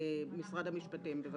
משרד המשפטים, בבקשה.